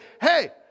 hey